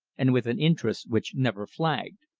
and with an interest which never flagged.